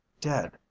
dead